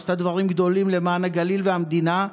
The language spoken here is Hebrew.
עשתה דברים גדולים למען הגליל והמדינה.